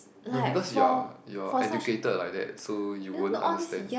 no because you are you are educated like that so you won't understand